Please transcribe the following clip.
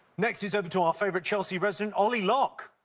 next it's over to our favourite chelsea resident, ollie locke.